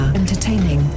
entertaining